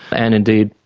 and indeed,